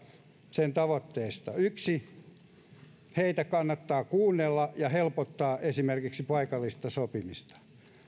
sen tavoitteessa yksi heitä kannattaa kuunnella ja helpottaa esimerkiksi paikallista sopimista